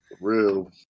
real